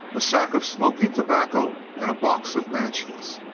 a sack of smoking tobacco and a box of matches.